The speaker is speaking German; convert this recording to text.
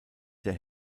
der